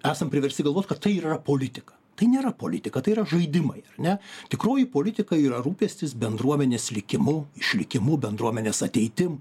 esam priversti galvot kad tai yra politika tai nėra politika tai yra žaidimai ar ne tikroji politika yra rūpestis bendruomenės likimu išlikimu bendruomenės ateitim